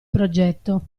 progetto